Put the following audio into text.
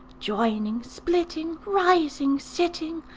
joining, splitting, rising, sitting,